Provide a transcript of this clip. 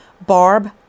Barb